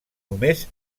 només